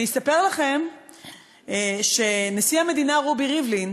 אני אספר לכם שנשיא המדינה רובי ריבלין